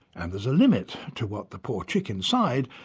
and there's a limit to what the poor chick inside,